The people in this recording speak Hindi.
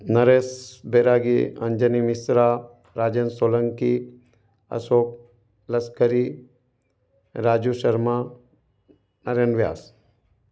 नरेश बैरागी अन्जनी मिश्रा राजेन्द्र सोलन्की अशोक लश्करी राजू शर्मा नरेन्द्र व्यास